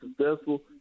successful